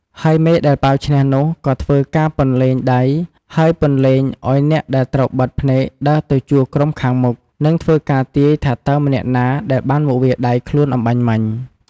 ហើយមេដែលប៉ាវឈ្នះនោះក៏ធ្វើការពន្លែងដៃ ហើយពន្លែងឲ្យអ្នកដែលត្រូវបិទភ្នែកដើរទៅជួរក្រុមខាងមុខ និងធ្វើការទាយថាតើម្នាក់ណាដែលបានមកវាយដៃខ្លួនអំបាញ់មិញ។